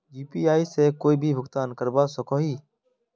UPI से कोई भी भुगतान करवा सकोहो ही?